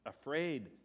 afraid